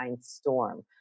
storm